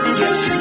yes